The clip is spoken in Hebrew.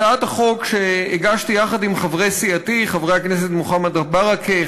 הצעת החוק שהגשתי יחד עם חברי סיעתי חברי הכנסת מוחמד ברכה,